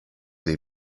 des